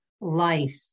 life